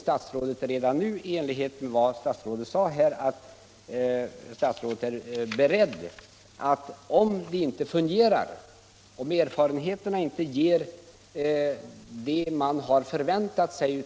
Statsrådet sade att han är beredd att, om de nya bestämmelserna inte fungerar och om erfarenheterna inte blir vad man har förväntat sig,